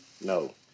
No